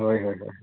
ᱦᱳᱭ ᱦᱳᱭ ᱦᱳᱭ